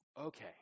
Okay